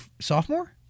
sophomore